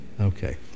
Okay